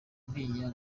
ntinya